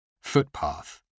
footpath